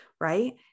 right